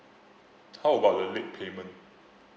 how about the late payment